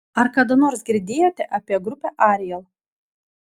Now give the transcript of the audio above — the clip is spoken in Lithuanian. ar kada nors girdėjote apie grupę ariel